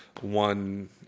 one